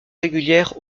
régulière